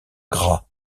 gras